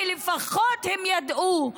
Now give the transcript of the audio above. כי לפחות הם ידעו,